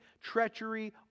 treachery